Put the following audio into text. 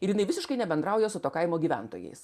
ir jinai visiškai nebendrauja su to kaimo gyventojais